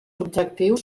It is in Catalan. objectius